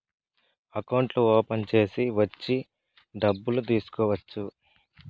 అకౌంట్లు ఓపెన్ చేసి వచ్చి డబ్బులు తీసుకోవచ్చు